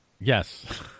Yes